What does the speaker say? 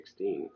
2016